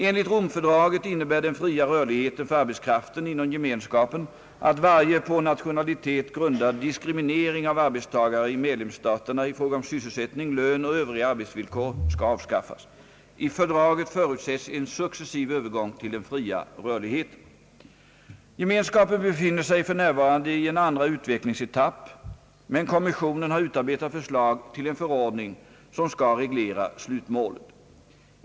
Enligt Romfördraget innebär den fria rörligheten för arbetskraften inom gemenskapen att varje på nationalitet grundad diskriminering av arbetstagare i medlemsstaterna i fråga om sysselsättning, lön och övriga arbetsvillkor skall avskaffas. I fördraget förutsätts en successiv övergång till den fria rörligheten. Gemenskapen befinner sig för närvarande i en andra utvecklingsetapp, men kommissionen har utarbetat förslag till en förordning som skall reglera slutmålet.